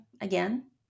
again